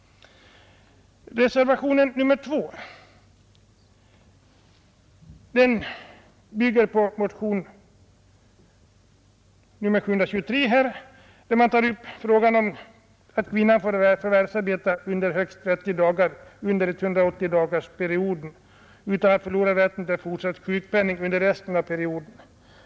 Reservationen 2 bygger på motionen 723 vilken tar upp frågan om att kvinnan får förvärvsarbeta högst 30 dagar under 180-dagarsperioden utan att förlora rätten till fortsatt sjukpenning under resten av perioden.